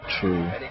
True